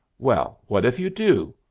well, what if you do?